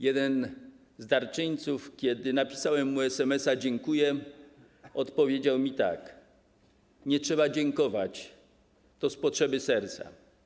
Jeden z darczyńców, kiedy napisałem mu SMS-a: Dziękuję, odpowiedział mi tak: Nie trzeba dziękować, to z potrzeby serca.